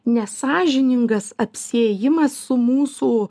nesąžiningas apsiėjimas su mūsų